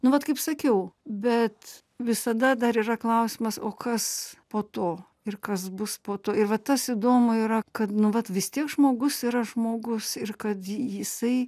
nu vat kaip sakiau bet visada dar yra klausimas o kas po to ir kas bus po to ir va tas įdomu yra kad nu vat vis tiek žmogus yra žmogus ir kad jisai